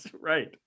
Right